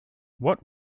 what